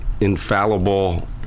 infallible